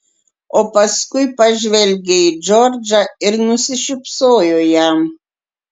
o paskui pažvelgė į džordžą ir nusišypsojo jam